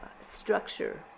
structure